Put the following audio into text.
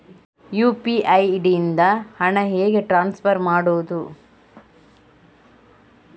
UPI ID ಇಂದ ಹಣ ಹೇಗೆ ಟ್ರಾನ್ಸ್ಫರ್ ಮಾಡುದು?